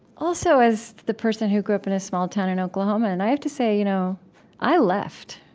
also, as the person who grew up in a small town in oklahoma. and i have to say, you know i left,